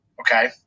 Okay